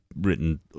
written